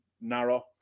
narrow